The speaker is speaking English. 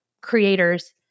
creators